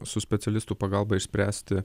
su specialistų pagalba išspręsti